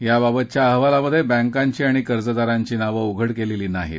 याबाबतच्या अहवालात बँकांची आणि कर्जदारांची नावं उघड केलेली नाहीत